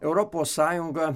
europos sąjunga